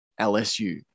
LSU